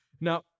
Now